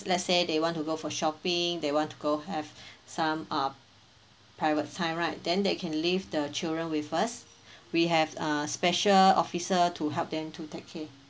let say they want to go for shopping they want to go have some uh private time right then they can leave the children with us we have uh special officer to help them to take care